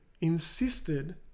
insisted